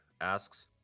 asks